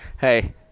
Hey